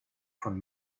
von